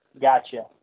Gotcha